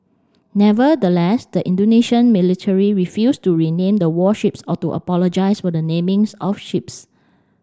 nevertheless the Indonesian military refused to rename the warships or to apologise for the namings of ships